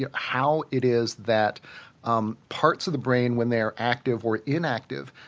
yeah how it is that um parts of the brain, when they are active or inactive,